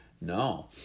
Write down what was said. No